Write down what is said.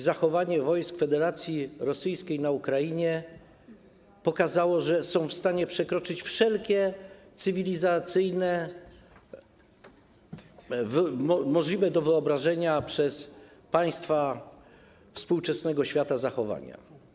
Zachowanie wojsk Federacji Rosyjskiej na Ukrainie pokazało, że są w stanie przekroczyć wszelkie cywilizacyjne, możliwe do wyobrażenia sobie przez państwa współczesnego świata normy zachowań.